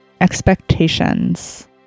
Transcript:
Expectations